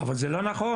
אבל זה לא נכון.